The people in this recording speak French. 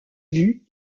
vue